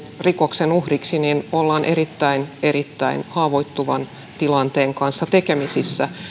rikoksen uhriksi niin ollaan erittäin erittäin haavoittuvan tilanteen kanssa tekemisissä